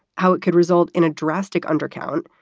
how it could result in a drastic undercount,